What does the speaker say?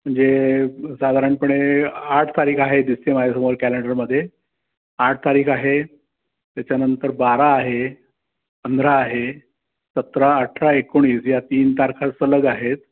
म्हणजे साधारणपणे आठ तारीख आहे दिसते माझ्यासमोर कॅलेंडरमध्ये आठ तारीख आहे त्याच्यानंतर बारा आहे पंधरा आहे सतरा अठरा एकोणीस या तीन तारखा सलग आहेत